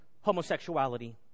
homosexuality